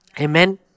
Amen